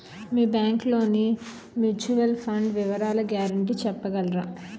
మీ bank లోని mutual fund వివరాల guarantee చెప్పగలరా?